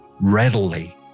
readily